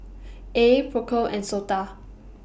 AYE PROCOM and Sota